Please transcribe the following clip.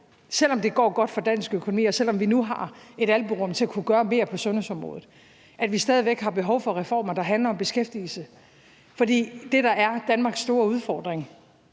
selv om det går godt for dansk økonomi og selv om vi nu har et albuerum til at kunne gøre mere på sundhedsområdet, har vi stadig væk behov for reformer, der handler om beskæftigelse. For det, der er Danmarks store udfordring